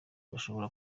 bashobora